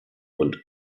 und